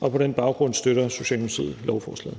På den baggrund støtter Socialdemokratiet lovforslaget.